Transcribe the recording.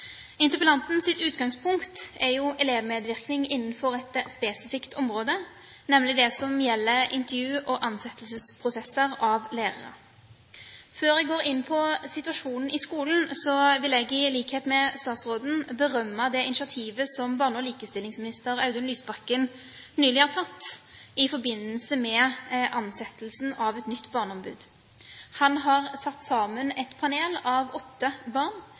utgangspunkt er elevmedvirkning innenfor et spesifikt område, nemlig det som gjelder intervju- og ansettelsesprosesser av lærere. Før jeg går inn på situasjonen i skolen, vil jeg i likhet med statsråden berømme det initiativet som barne- og likestillingsminister Audun Lysbakken nylig har tatt i forbindelse med ansettelsen av et nytt barneombud. Han har satt sammen et panel av åtte barn